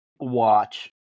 watch